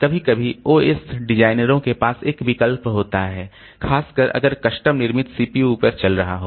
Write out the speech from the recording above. कभी कभी OS डिजाइनरों के पास एक विकल्प होता है खासकर अगर कस्टम निर्मित सीपीयू पर चल रहा हो